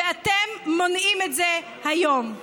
ואתם מונעים את זה היום.